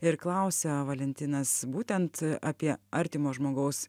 ir klausia valentinas būtent apie artimo žmogaus